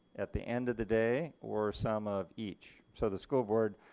at the end of the day, or some of each. so the school board